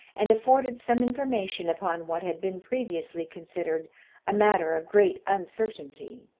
and afforded some information upon what had been previously considered a matter of great uncertainty.